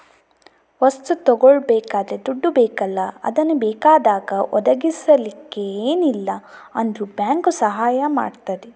ವಸ್ತು ತಗೊಳ್ಬೇಕಾದ್ರೆ ದುಡ್ಡು ಬೇಕಲ್ಲ ಅದನ್ನ ಬೇಕಾದಾಗ ಒದಗಿಸಲಿಕ್ಕೆ ಏನಿಲ್ಲ ಅಂದ್ರೂ ಬ್ಯಾಂಕು ಸಹಾಯ ಮಾಡ್ತದೆ